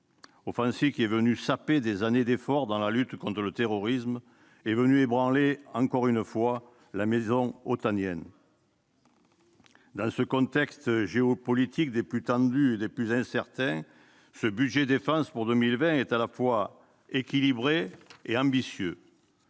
offensive, qui est venue saper des années d'efforts en matière de lutte contre le terrorisme, a ébranlé, encore une fois, la maison otanienne. Dans ce contexte géopolitique des plus tendus et des plus incertains, ce budget de la défense pour 2020 est, à la fois, équilibré et ambitieux.